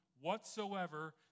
whatsoever